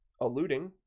alluding